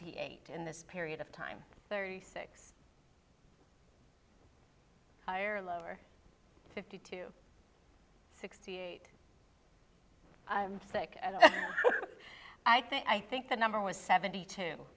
he ate in this period of time thirty six higher or lower fifty to sixty eight i'm sick and i think i think the number was seventy two